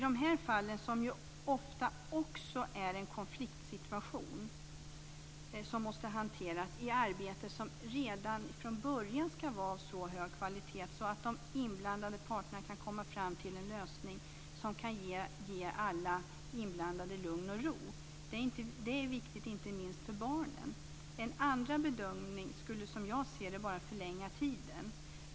I de fallen, som ofta också är en konfliktsituation, som måste hanteras i ett arbete som redan från början ska vara av så hög kvalitet att de inblandade parterna ska komma fram till en lösning som kan ge alla inblandade lugn och ro, vilket inte minst är viktigt för barnen, skulle en andra bedömning bara förlänga tiden.